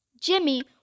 Jimmy